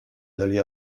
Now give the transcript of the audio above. d’aller